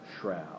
shroud